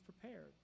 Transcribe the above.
prepared